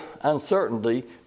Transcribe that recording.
uncertainty